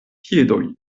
piedoj